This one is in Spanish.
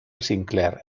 sinclair